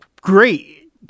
Great